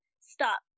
stop